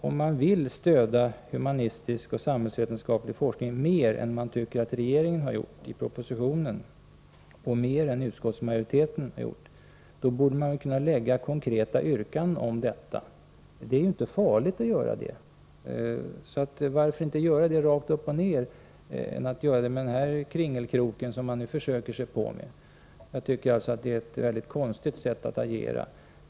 Om man vill stödja humanistisk och samhällsvetenskaplig forskning mer än man tycker att regeringen gör genom sin proposition och mer än utskottsmajoriteten vill göra, borde man kunna ställa konkreta yrkanden på grundval av detta. Det är inte farligt att göra det. Varför inte ställa dem direkt istället för att göra den här kringelkroken? Det är ett mycket konstigt sätt att agera.